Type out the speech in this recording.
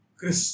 Chris